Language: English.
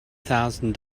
thousand